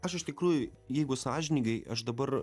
aš iš tikrųjų jeigu sąžiningai aš dabar